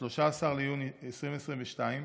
13 במאי 2022,